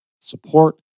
support